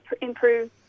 improve